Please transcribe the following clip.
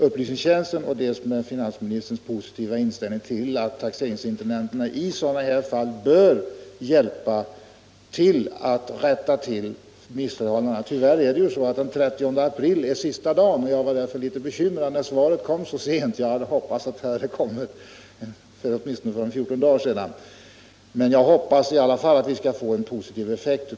Upplysningstjänstens analys och finansministerns välvilliga deklaration att taxeringsmyndigheterna bör medverka till att rätta eventuella missförhållanden hoppas jag skall få en god effekt. Tyvärr är den 30 april sista dagen för ett tillrättaläggande i år. Därför blev jag litet bekymrad över att svaret kom så sent. Jag hade hoppats få det för åtminstone 14 dagar sedan. Men jag hoppas som sagt i alla fall på en positiv effekt.